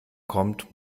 kommt